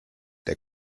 der